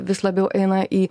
vis labiau eina į